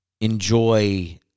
enjoy